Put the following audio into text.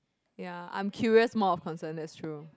ya I'm curious more of concern that's true